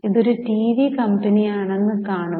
ഇതൊരു ടിവി കമ്പനിയാണെന്ന് കാണുക